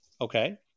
Okay